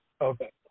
Okay